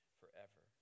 forever